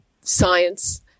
science